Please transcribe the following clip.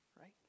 right